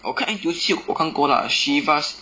我看 N_T_U_C 我看过 lah Chivas